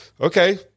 okay